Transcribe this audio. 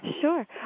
Sure